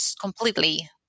completely